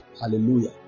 Hallelujah